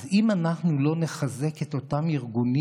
אז אם אנחנו לא נחזק את אותם ארגונים,